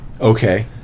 Okay